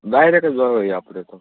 direct જ વાવેલી આપણે તો